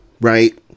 right